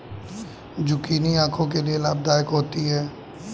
zucchini आंखों के लिए लाभदायक होती है